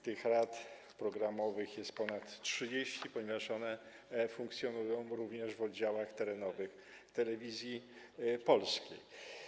Tych rad programowych jest ponad 30, ponieważ one funkcjonują również w oddziałach terenowych Telewizji Polskiej.